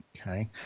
Okay